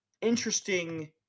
interesting